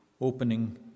opening